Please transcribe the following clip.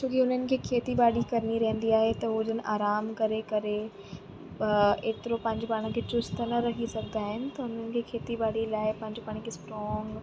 छोकि हुननि खे खेती बाड़ी करिणी रहंदी आहे त हू जिनि आरामु करे करे एतिरो पंहिंजो पाण खे चुस्त न रखी सघंदा आहिनि त उन्हनि खे खेती बाड़ी लाइ पंहिंजे पाण खे स्ट्रॉंग